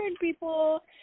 people